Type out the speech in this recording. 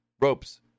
ropes